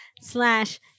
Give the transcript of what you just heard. slash